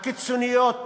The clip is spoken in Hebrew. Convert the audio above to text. הקיצוניות